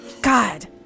God